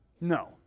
No